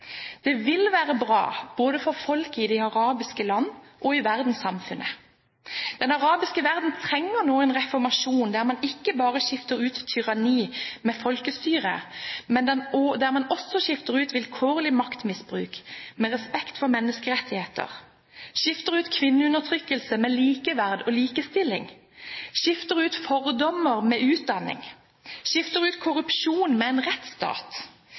Det vil være bra – både for folk i de arabiske landene og for verdenssamfunnet. Den arabiske verden trenger nå en reformasjon der man ikke bare skifter ut tyranni med folkestyre, men der man også skifter ut vilkårlig maktmisbruk med respekt for menneskerettigheter, skifter ut kvinneundertrykkelse med likeverd og likestilling, skifter ut fordommer med utdanning, skifter ut korrupsjon med en rettsstat.